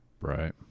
Right